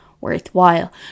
worthwhile